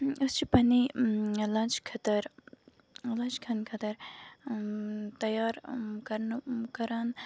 أسۍ چھِ پنٛنہِ لنٛچ خٲطرٕ لَنٛچ کھٮ۪نہٕ خٲطرٕ تیار کَرنہٕ کَران